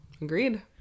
Agreed